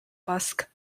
busk